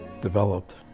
developed